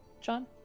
John